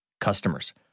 Customers